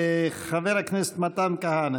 חבר הכנסת מתן כהנא,